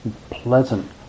pleasant